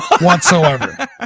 whatsoever